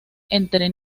entre